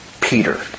Peter